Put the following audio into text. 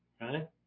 right